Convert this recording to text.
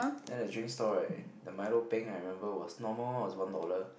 then the drink stall right the milo peng I remember was normal one was one dollar